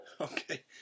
Okay